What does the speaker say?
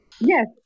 Yes